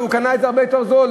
הוא קנה את זה הרבה יותר בזול.